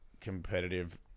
competitive